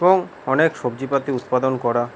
এবং অনেক সবজিপাতি উৎপাদন করা